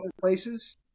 places